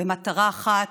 במטרה אחת: